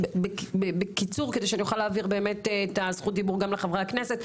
תרצי לומר בקיצור כדי שאוכל להעביר את רשות הדיבור לחברי הכנסת,